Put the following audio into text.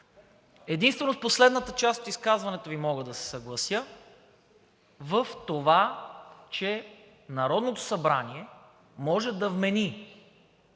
Единствено с последната част от изказването Ви мога да се съглася – в това, че Народното събрание може да вмени